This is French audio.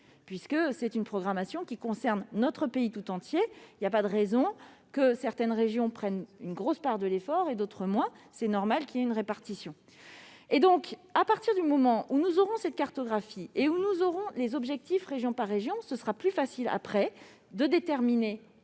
C'est une programmation qui concerne notre pays tout entier, il n'y a pas de raison que certaines régions fassent une grosse part de l'effort et d'autres moins. Il est normal qu'il y ait une répartition. Une fois que nous disposerons de cette cartographie et que nous connaîtrons les objectifs région par région, il sera plus facile de déterminer,